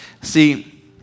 See